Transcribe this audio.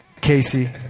Casey